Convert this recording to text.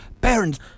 parents